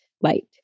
light